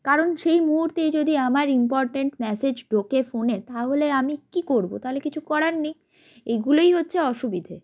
কারণ সেই মুহুর্তেই যদি আমার ইম্পর্ট্যান্ট ম্যাসেজ ঢোকে ফোনে তাহলে আমি কী করবো তালে কিছু করার নেই এগুলোই হচ্ছে অসুবিধে